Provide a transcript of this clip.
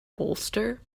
bolster